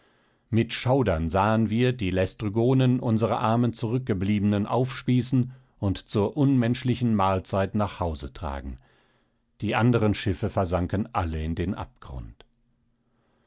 mit schaudern sahen wir die lästrygonen unsere armen zurückgebliebenen aufspießen und zur unmenschlichen mahlzeit nach hause tragen die andern schiffe versanken alle in den abgrund